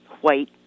white